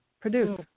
produce